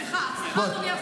סליחה, סליחה, אדוני.